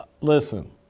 Listen